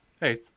Hey